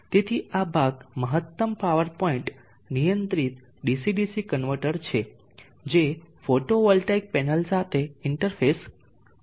તેથી આ ભાગ મહત્તમ પાવર પોઇન્ટ નિયંત્રિત DC DC કન્વર્ટર છે જે ફોટોવોલ્ટેઇક પેનલસાથે ઇન્ટરફેસ હશે